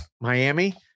Miami